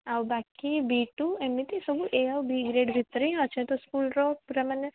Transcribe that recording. ଆଉ ବାକି B two ଏମିତି ସବୁ ଏ ଆଉ ବି ଗ୍ରେଡ୍ ଭିତରେ ହିଁ ଅଛନ୍ତି ସ୍କୁଲ୍ର ପୁରା ମାନେ